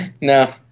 no